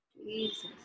Jesus